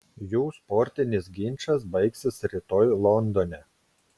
jų sportinis ginčas baigsis rytoj londone